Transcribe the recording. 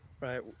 right